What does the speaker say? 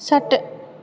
षट्